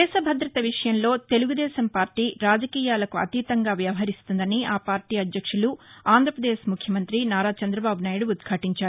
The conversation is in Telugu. దేశభద్రత విషయంలో తెలుగుదేశం పార్టీ రాజకీయాలకు అతీతంగా వ్యవహరిస్తుందని ఆపార్టీ అధ్యక్షులు ఆంధ్రాపదేశ్ ముఖ్యమంతి నారా చంద్రబాబు నాయుడు ఉద్ఘాటించారు